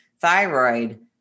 thyroid